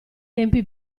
tempi